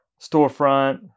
storefront